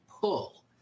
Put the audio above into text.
pull